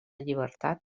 llibertat